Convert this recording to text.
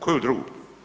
Koju drugu?